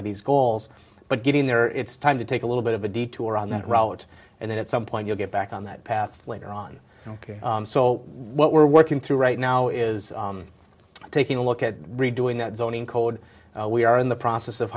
of these goals but getting there it's time to take a little bit of a detour on that route and then at some point you'll get back on that path later on ok so what we're working through right now is taking a look at redoing the zoning code we are in the process of